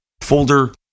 folder